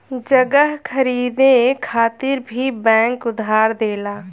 जगह खरीदे खातिर भी बैंक उधार देला